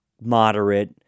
moderate